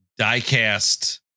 diecast